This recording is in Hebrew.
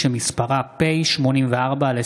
שמספרה כ/941.